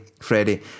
Freddie